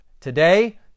today